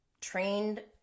trained